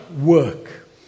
work